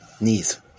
knees